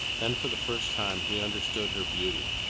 then for the first time he understood her beauty,